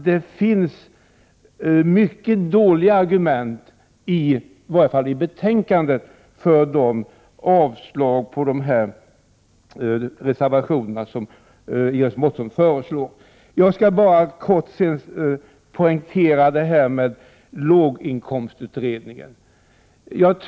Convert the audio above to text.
Det finns inga bra argument i betänkandet för avslag på dessa reservationer. Så helt kort om låginkomstutredningen.